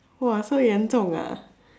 !wah! so 严重 ah